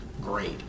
great